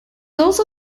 also